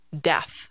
death